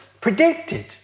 predicted